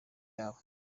yabo